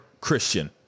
christian